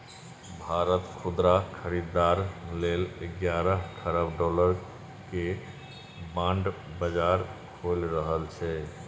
भारत खुदरा खरीदार लेल ग्यारह खरब डॉलर के बांड बाजार खोलि रहल छै